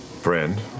Friend